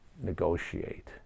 negotiate